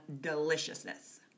deliciousness